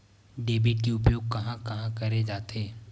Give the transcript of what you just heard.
Debit के उपयोग कहां कहा करे जाथे?